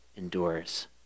endures